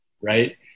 right